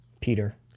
Peter